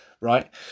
Right